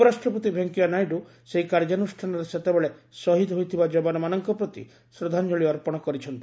ଉପରାଷ୍ଟ୍ରପତି ଭେଙ୍କିୟାନାଇଡୁ ସେହି କାର୍ଯ୍ୟାନୁଷ୍ଠାନରେ ସେତେବେଳେ ଶହୀଦ ହୋଇଥିବା ଯବାନମାନଙ୍କ ପ୍ରତି ଶ୍ରଦ୍ଧାଞ୍ଚଳି ଅର୍ପଣ କରିଛନ୍ତି